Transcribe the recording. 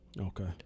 Okay